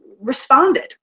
responded